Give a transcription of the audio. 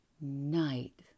Night